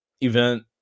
event